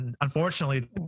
unfortunately